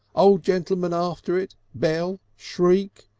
old gentleman after it, bell, shriek.